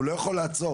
הוא לא יכול לעצור,